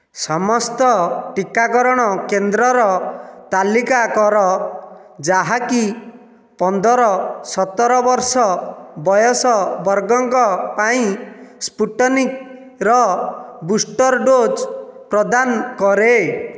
ସମସ୍ତ ଟିକାକରଣ କେନ୍ଦ୍ରର ତାଲିକା କର ଯାହାକି ପନ୍ଦର ସତର ବର୍ଷ ବୟସ ବର୍ଗଙ୍କ ପାଇଁ ସ୍ପୁଟନିକ୍ର ବୁଷ୍ଟର୍ ଡୋଜ୍ ପ୍ରଦାନ କରେ